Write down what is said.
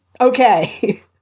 Okay